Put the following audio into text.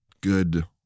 good